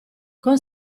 con